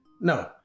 No